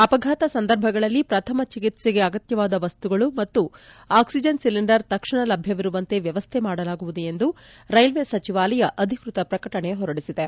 ಅಪಘಾತ ಸಂದರ್ಭಗಳಲ್ಲಿ ಪ್ರಥಮ ಚಿಕಿತ್ಸೆಗೆ ಅಗತ್ಯವಾದ ವಸ್ತುಗಳು ಮತ್ತು ಅಕ್ಸಿಜನ್ ಸಿಲಿಂಡರ್ ತಕ್ಷಣ ಲಭ್ಯವಿರುವಂತೆ ವ್ಯವಸ್ಥೆ ಮಾಡಲಾಗುವುದು ಎಂದು ರೈಲ್ವೆ ಸಚಿವಾಲಯ ಅಧಿಕೃತ ಪ್ರಕಟಣೆ ಹೊರಡಿಸಿದೆ